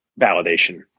validation